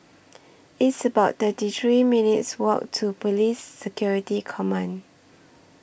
It's about thirty three minutes' Walk to Police Security Command